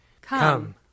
Come